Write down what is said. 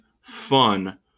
fun